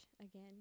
again